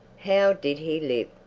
how did he live?